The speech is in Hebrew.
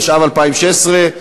התשע"ו 2016,